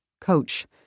coach